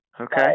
Okay